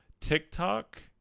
TikTok